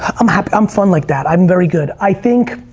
i'm happy, i'm fun like that, i'm very good. i think,